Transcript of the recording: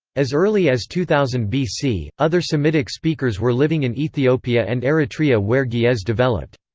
as early as two thousand bc, other semitic speakers were living in ethiopia and eritrea where ge'ez developed.